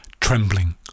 trembling